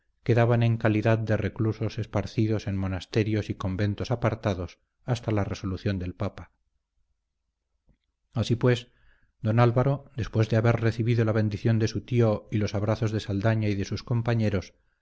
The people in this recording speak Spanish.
quedaban en calidad de reclusos esparcidos en monasterios y conventos apartados hasta la resolución del papa así pues don álvaro después de haber recibido la bendición de su tío y los abrazos de saldaña y de sus compañeros